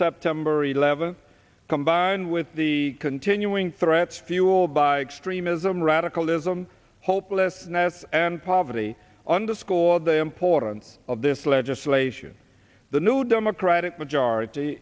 september eleventh combined with the continuing threats fueled by extreme ism radicalism hopelessness and poverty underscore the importance of this legislation the new democratic majority